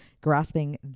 grasping